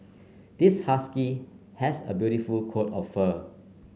this husky has a beautiful coat of fur